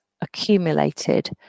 accumulated